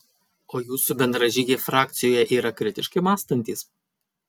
o jūsų bendražygiai frakcijoje yra kritiškai mąstantys